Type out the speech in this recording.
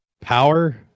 power